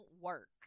work